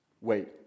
wait